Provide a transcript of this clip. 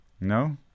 No